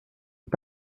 und